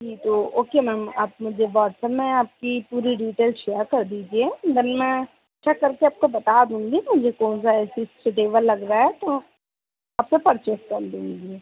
जी तो okay ma'am आप मुझे वाॅट्सअप में आपकी पूरी डीटेल शेयर कर दीजिए देन मैं चेक करके आपको बता दूँगी मुझे कौन सा ए सी स्यूटेबल लग रहा है तो आपसे परचेज़ कर लूँगी वह